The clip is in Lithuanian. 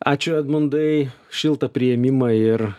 ačiū edmundai šiltą priėmimą ir